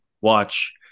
watch